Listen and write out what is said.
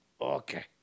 Okay